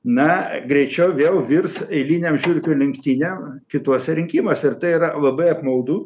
na greičiau vėl virs eilinėm žiurkių lenktynėm kituose rinkimuose ir tai yra labai apmaudu